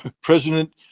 President